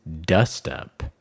dust-up